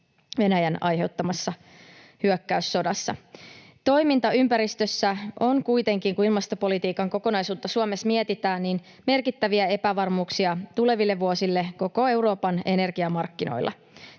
Venäjän aiheuttamassa hyökkäyssodassa. Toimintaympäristössä on kuitenkin, kun ilmastopolitiikan kokonaisuutta Suomessa mietitään, merkittäviä epävarmuuksia tuleville vuosille koko Euroopan energiamarkkinoilla.